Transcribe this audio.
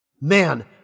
man